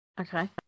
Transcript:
Okay